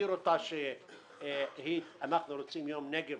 נגדיר אותה כך שאנחנו רוצים יום נגב